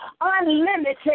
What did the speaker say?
unlimited